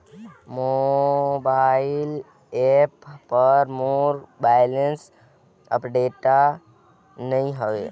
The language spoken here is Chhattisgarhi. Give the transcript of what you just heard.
मोबाइल ऐप पर मोर बैलेंस अपडेट नई हवे